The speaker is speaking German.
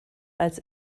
als